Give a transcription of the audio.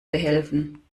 behelfen